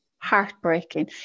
heartbreaking